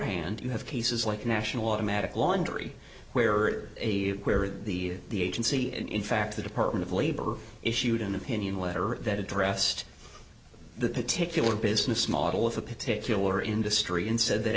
hand you have cases like national automatic laundry where are the agency and in fact the department of labor issued an opinion letter that addressed the particular business model of a particular industry in said that